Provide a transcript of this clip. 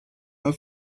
mar